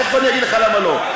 תכף אגיד לך למה לא.